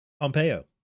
Pompeo